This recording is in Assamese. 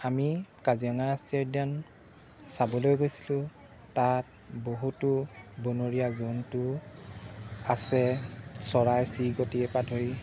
আমি কাজিৰঙা ৰাষ্ট্ৰীয় উদ্যান চাবলৈ গৈছিলোঁ তাত বহুতো বনৰীয়া জন্তু আছে চৰাই চিৰিকটিৰপৰা ধৰি